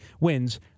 wins